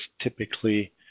typically